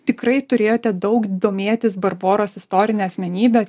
tikrai turėjote daug domėtis barboros istorine asmenybe